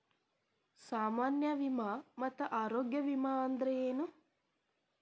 ಸಾಮಾನ್ಯ ವಿಮಾ ಮತ್ತ ಆರೋಗ್ಯ ವಿಮಾ ಅಂದ್ರೇನು?